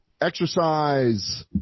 exercise